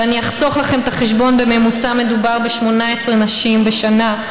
ואחסוך לכם את החשבון: בממוצע מדובר ב-18 נשים בשנה,